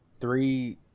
three